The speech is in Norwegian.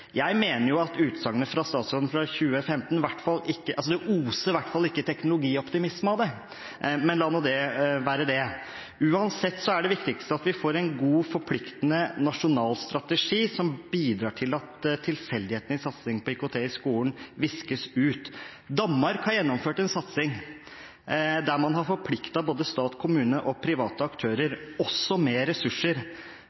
Jeg mener at utsagnet til statsråden fra 2015 i hvert fall ikke oser av teknologioptimisme. Men la nå det ligge. Uansett er det viktigste at vi får en god, forpliktende nasjonal strategi som bidrar til at tilfeldighetene i satsingen på IKT i skolen viskes ut. Danmark har gjennomført en satsing der man har forpliktet både stat, kommune og private aktører,